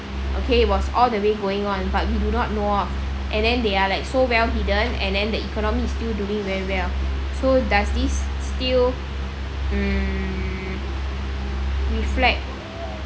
okay it was all the way going on but we do not know of and then they are like so well hidden and then the economy still doing very well so does this still mm reflect